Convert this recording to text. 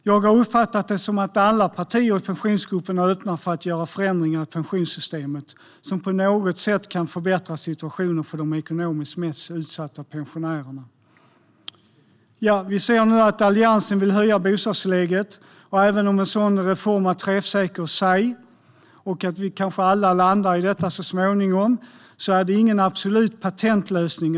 Jag har uppfattat det så att alla partier i Pensionsgruppen är öppna för att göra förändringar i pensionssystemet som på något sätt kan förbättra situationen för de ekonomiskt mest utsatta pensionärerna. Vi ser nu att Alliansen vill höja bostadstillägget. Även om en sådan reform är träffsäker i sig och även om vi kanske alla landar i detta så småningom är det ingen absolut patentlösning.